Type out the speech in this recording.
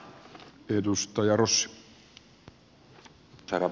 herra puhemies